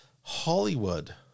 Hollywood